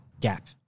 gap